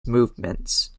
movements